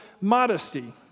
modesty